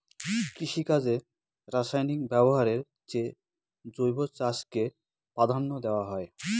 কৃষিকাজে রাসায়নিক ব্যবহারের চেয়ে জৈব চাষকে প্রাধান্য দেওয়া হয়